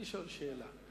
אני שואל שאלה: